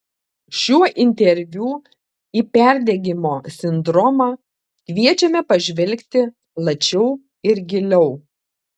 šiuo interviu į perdegimo sindromą kviečiame pažvelgti plačiau ir giliau